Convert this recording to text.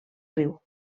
riu